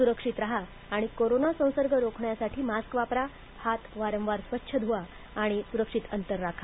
सुरक्षित राहा आणि कोरोना संसर्ग रोखण्यासाठी मास्क वापरा हात वारंवार स्वच्छ धुवा सुरक्षित अंतर ठेवा